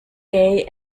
day